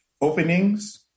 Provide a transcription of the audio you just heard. openings